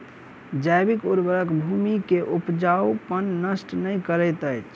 जैविक उर्वरक भूमि के उपजाऊपन नष्ट नै करैत अछि